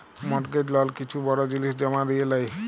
mortgage লল কিছু বড় জিলিস জমা দিঁয়ে লেই